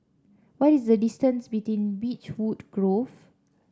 what is the distance Beechwood Grove